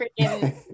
freaking